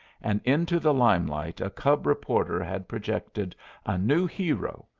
and into the limelight a cub reporter had projected a new hero,